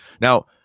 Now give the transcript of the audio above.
Now